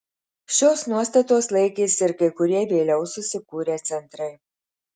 šios nuostatos laikėsi ir kai kurie vėliau susikūrę centrai